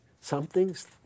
something's